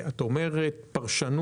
או מבלי לגרוע מהוראות הפקודה?